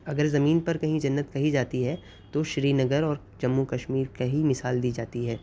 اگر زمین پر کہیں جنت کہی جاتی ہے تو سری نگر اور جموں کشمیر کہ ہی مثال دی جاتی ہے